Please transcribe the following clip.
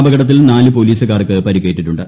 അപകടത്തിൽ നാലു പൊലീസുകാർക്ക് പരിക്കേറ്റിട്ടുണ്ട്